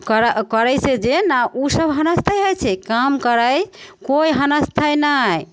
करऽ करय छै जे नहि उ सब हनस्थय होइ छै काम करय कोइ हनस्थय नहि